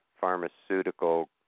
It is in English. pharmaceutical